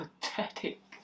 pathetic